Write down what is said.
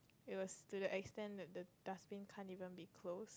it was to the extent the the the dustbin can't even be close